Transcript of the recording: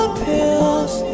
pills